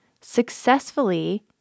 successfully